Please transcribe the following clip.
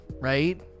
right